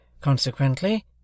Consequently